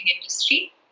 industry